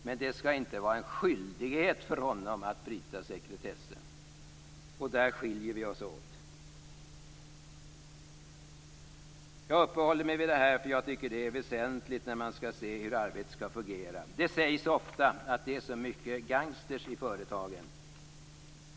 Men det skall inte vara en skyldighet för honom att bryta sekretessen. Där skiljer vi oss åt. Jag uppehåller mig vid detta därför att jag tycker att det är väsentligt när man skall se hur arbetet skall fungera. Det sägs ofta att det är så mycket gangstrar i företagen.